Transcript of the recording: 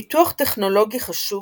פיתוח טכנולוגי חשוב,